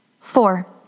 Four